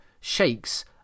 shakes